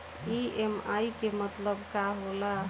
EMI के मतलब का होला?